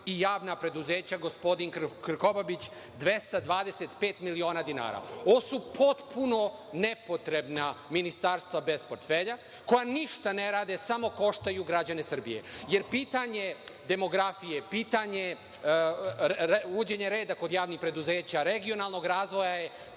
i javna preduzeća, gospodin Krkobabić, 225 miliona dinara. Ovo su potpuno nepotrebna ministarstva bez portfelja koja ništa ne rade, samo koštaju građane Srbije, jer pitanje demografije, pitanje uvođenja reda kod javnih preduzeća, regionalnog razvoja je